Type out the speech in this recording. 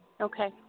Okay